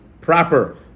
proper